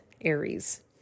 Aries